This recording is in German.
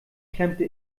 klemmte